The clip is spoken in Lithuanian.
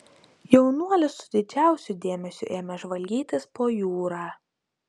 jaunuolis su didžiausiu dėmesiu ėmė žvalgytis po jūrą